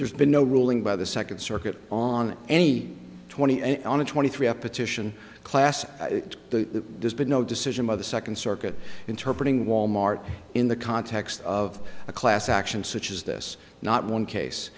there's been no ruling by the second circuit on any twenty on a twenty three up petition class the there's been no decision by the second circuit interpreted in wal mart in the context of a class action such as this not one case